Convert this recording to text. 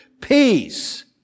Peace